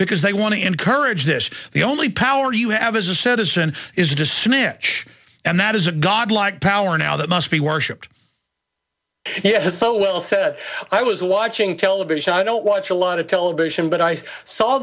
because they want to encourage this the only power you have as a citizen is just snitch and that is a god like power now that must be worshiped yes so well said i was watching television i don't watch a lot of television but i saw